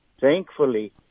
Thankfully